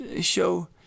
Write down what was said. show